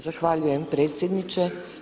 Zahvaljujem predsjedniče.